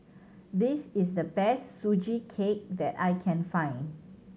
this is the best Sugee Cake that I can find